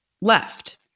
left